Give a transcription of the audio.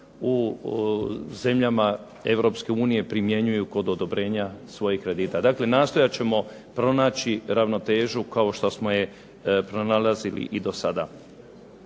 u zemljama Europske unije primjenjuju kod odobrenja svojih kredita. Dakle, nastojat ćemo pronaći ravnotežu kao što smo je pronalazili i do sada.